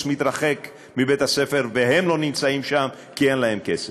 מתרחק מבית-הספר והם לא נמצאים שם כי אין להם כסף.